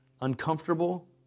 uncomfortable